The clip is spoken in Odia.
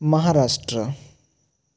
ମହାରାଷ୍ଟ୍ର